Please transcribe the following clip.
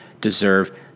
deserve